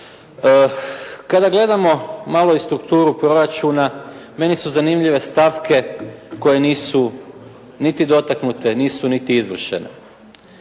Kada gledamo malo i strukturu proračuna meni su zanimljive stavke koje nisu niti dotaknute, nisu niti izvršene.